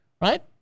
right